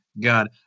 God